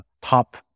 top